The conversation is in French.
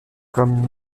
comme